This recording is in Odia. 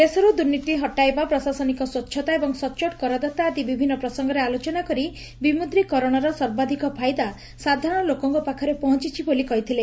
ଦେଶରୁ ଦୁର୍ନୀତି ହଟାଇବା ପ୍ରଶାସନିକ ସ୍ୱ ଆଦି ବିଭିନ୍ନ ପ୍ରସଙ୍ଗରେ ଆଲୋଚନା କରି ବିମୁଦ୍ରୀକରଣର ସର୍ବାଧକ ଫାଇଦା ସାଧାରଶ ଲୋକଙ୍କ ପାଖରେ ପହଞ୍ଚିଛି ବୋଲି କହିଥିଲେ